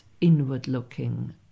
inward-looking